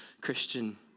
Christian